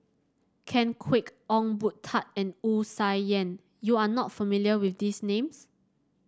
Ken Kwek Ong Boon Tat and Wu Tsai Yen you are not familiar with these names